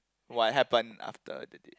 what happened after that day